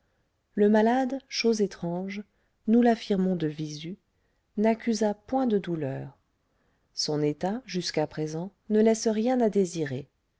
le malade chose étrange nous l'affirmons de visu n'accusa point de douleur son état jusqu'à présent ne laisse rien à désirer